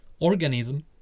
organism